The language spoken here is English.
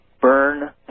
burn